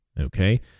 okay